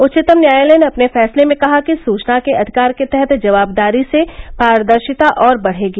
उच्चतम न्यायालय ने अपने फैसले में कहा कि सुचना के अधिकार के तहत जवाबदारी से पारदर्शिता और बढेगी